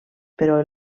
però